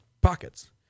pockets